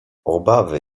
obawy